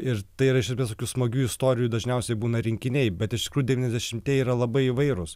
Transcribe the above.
ir tai yra visokių smagių istorijų dažniausiai būna rinkiniai bet iš tikrųjų devyniasdešimtieji yra labai įvairūs